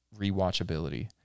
rewatchability